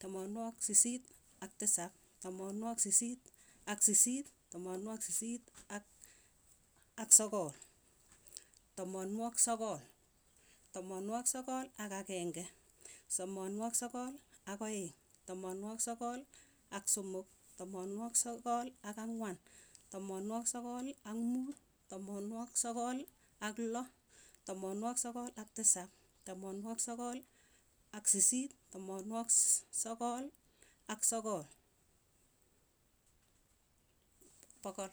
tamanwogik sisiit ak tisap, tamanwogik sisiit ak sisiit, tamanwogik sisiit ak sogol, tamanwogik sogol, tamanwogik sogol ak akeng'e, tamanwogik sogol ak aeng', tamanwogik sogol ak somok, tamanwogik sogol ak ang'wan, tamanwogik sogol ak muut, tamanwogik sogol ak loo, tamanwogik sogol ak tisap, tamanwogik sogol ak sisiit, tamanwogik sogol ak sogol. pogol.